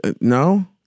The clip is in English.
No